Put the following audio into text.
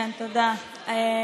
תודה.